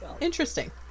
interesting